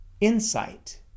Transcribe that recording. insight